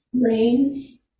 rains